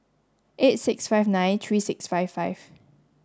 eight six five nine three six five five